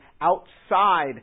outside